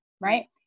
right